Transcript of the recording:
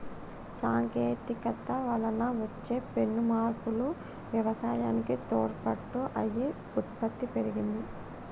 సాంకేతికత వలన వచ్చే పెను మార్పులు వ్యవసాయానికి తోడ్పాటు అయి ఉత్పత్తి పెరిగింది